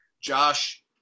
Josh